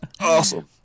Awesome